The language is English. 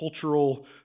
cultural